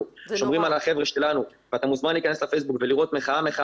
שומרים על החבר'ה שלנו ואתה מוזמן להיכנס לפייסבוק ולראות את המחאות.